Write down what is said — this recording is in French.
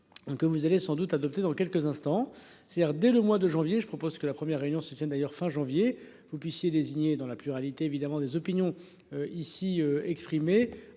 Que vous allez sans doute adopter dans quelques instants, c'est-à-dire dès le mois de janvier, je propose que la première réunion se tient d'ailleurs fin janvier vous puissiez désigné dans la pluralité évidemment des opinions. Ici exprimer